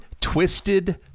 twisted